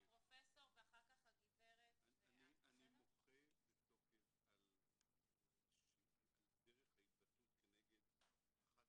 אני מוחה בתוקף על דרך ההתבטאות כנגד אחת